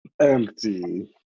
Empty